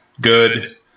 Good